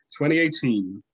2018